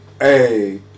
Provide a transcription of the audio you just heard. Hey